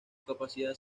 capacidad